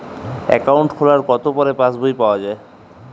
Account খোলার কতো পরে পাস বই পাওয়া য়ায়?